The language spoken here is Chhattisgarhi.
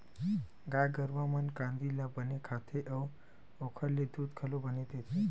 गाय गरूवा मन कांदी ल बने खाथे अउ ओखर ले दूद घलो बने देथे